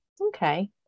Okay